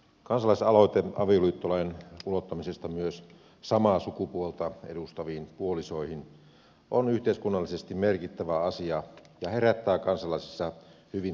kansalaisaloite avioliittolain ulottamisesta myös samaa sukupuolta edustaviin puolisoihin on yhteiskunnallisesti merkittävä asia ja herättää kansalaisissa hyvin ristiriitaisia tunteita